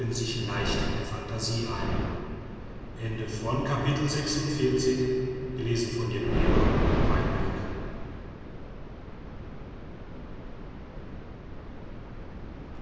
sich leicht der phantasie ein